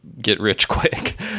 get-rich-quick